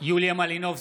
יוליה מלינובסקי,